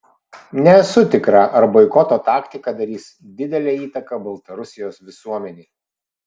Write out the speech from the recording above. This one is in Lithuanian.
nesu tikra ar boikoto taktika darys didelę įtaką baltarusijos visuomenei